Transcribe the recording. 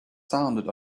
sounded